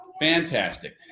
Fantastic